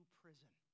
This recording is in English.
prison